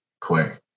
quick